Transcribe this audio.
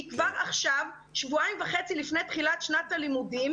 כי כבר עכשיו שבועיים וחצי לפני תחילת שנת הלימודים